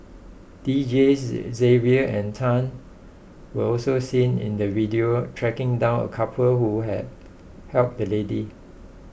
Deejays Xavier and Tan were also seen in the video tracking down a couple who had helped the lady